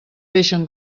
deixen